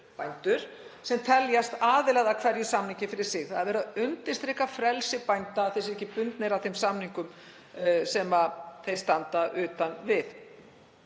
sem teljast aðilar að hverjum samningi fyrir sig. — Það er verið að undirstrika frelsi bænda, að þeir séu ekki bundnir af þeim samningum sem þeir standa utan við.